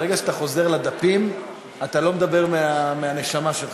ברגע שאתה חוזר לדפים אתה לא מדבר מהנשמה שלך.